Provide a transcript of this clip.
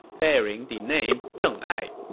bearing the name deng ai.